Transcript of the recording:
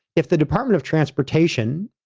if the department of transportation,